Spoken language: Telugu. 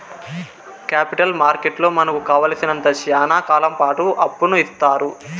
కేపిటల్ మార్కెట్లో మనకు కావాలసినంత శ్యానా కాలంపాటు అప్పును ఇత్తారు